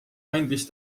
andis